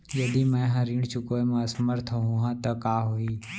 यदि मैं ह ऋण चुकोय म असमर्थ होहा त का होही?